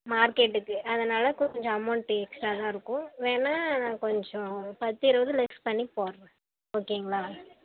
மார்க்கெட்டுக்கு அதனால் கொஞ்சம் அமௌண்ட் எக்ஸ்ட்ரா தான் இருக்கும் வேணால் கொஞ்சம் பத்து இருபது லெஸ் பண்ணி போடுறேன் ஓகேங்களா